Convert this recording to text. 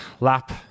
lap